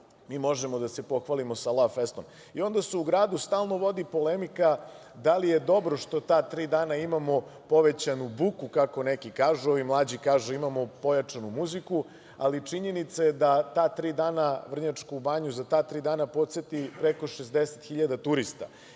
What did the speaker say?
mi možemo da se pohvalimo sa Lavfestom i onda se u gradu stalno vodi polemika da li je dobro što ta tri dana imamo povećanu buku, kako neki kažu, ovi mlađi kažu da imamo pojačanu muziku, ali činjenica je da ta tri dana Vrnjačku Banju poseti preko 60 hiljada turista.